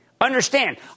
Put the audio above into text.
understand